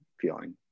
feeling